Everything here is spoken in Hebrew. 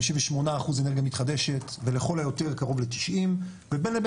58% אנרגיה מתחדשת ולכל היותר קרוב ל-90% ובין לבין